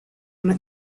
una